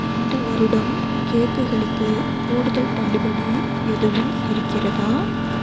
இந்த வருடம் கேக்குகளுக்கு கூடுதல் தள்ளுபடி எதுவும் இருக்கிறதா